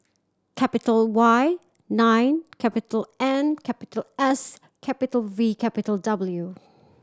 capital Y nine capital N capital S capital V capital W